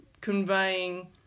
conveying